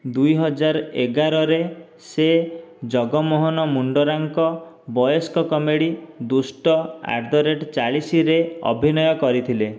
ଦୁଇହଜାର ଏଗାରରେ ସେ ଜଗମୋହନ ମୁଣ୍ଡରାଙ୍କ ବୟସ୍କ କମେଡି ଦୁଷ୍ଟ ଆଟ ଦ ରେଟ ଚାଳିଶରେ ଅଭିନୟ କରିଥିଲେ